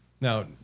Now